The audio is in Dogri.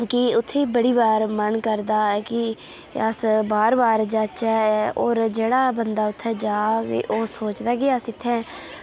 कि उ'त्थें बड़ी बार मन करदा कि अस बार बार जाचै होर जेह्ड़ा बंदा उ'त्थें जाह्ग ओह् सोचदा की अस इ'त्थें